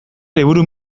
liburu